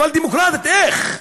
אבל דמוקרטית, איך?